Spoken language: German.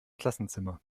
klassenzimmer